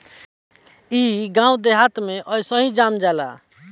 इ गांव देहात में अइसही जाम जाला